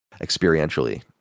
experientially